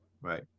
right